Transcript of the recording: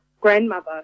grandmother